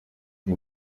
iyi